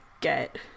get